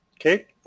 Okay